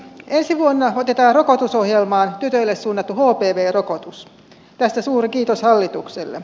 ensi vuonna otetaan rokotusohjelmaan tytöille suunnattu hpv rokotus tästä suuri kiitos hallitukselle